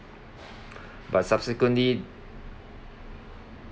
but subsequently